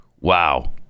Wow